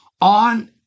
on